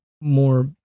more